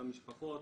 המשפחות,